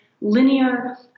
linear